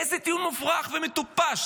איזה טיעון מופרך ומטופש,